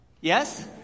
Yes